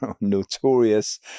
notorious